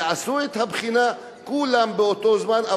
יעשו את הבחינה כולם באותו זמן,